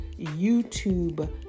YouTube